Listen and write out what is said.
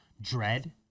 dread